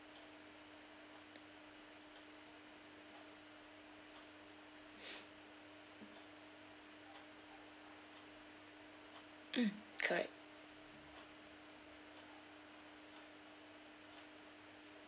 mm correct